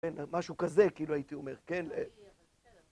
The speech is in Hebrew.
משהו כזה כאילו הייתי אומר כן